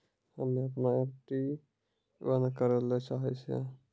हम्मे अपनो एफ.डी बन्द करै ले चाहै छियै